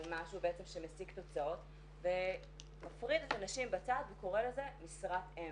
על משהו שמשיג תוצאות ומפריד את הנשים בצד וקורא לזה משרת אם